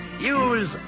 use